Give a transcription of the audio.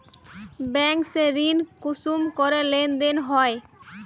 Bank से ऋण कुंसम करे लेन देन होए?